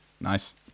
Nice